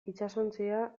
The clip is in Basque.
itsasontzia